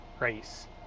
Race